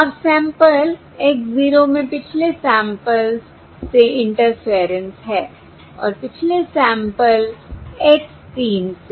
और sample x 0 में पिछले सैंपल्स से इंटरफेयरेंस है और पिछले सैंपल x 3 से